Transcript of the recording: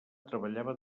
treballava